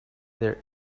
their